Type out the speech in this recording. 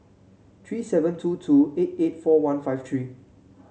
three seven two two eight eight four one five three